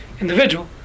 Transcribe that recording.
individual